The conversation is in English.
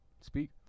Speak